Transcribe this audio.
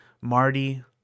Marty